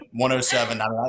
107